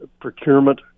procurement